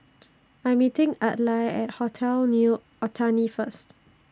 I Am meeting Adlai At Hotel New Otani First